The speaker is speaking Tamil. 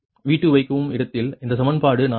இது சமன்பாடு 4